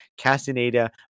Castaneda